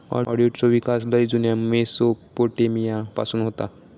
ऑडिटचो विकास लय जुन्या मेसोपोटेमिया पासून होता